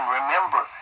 Remember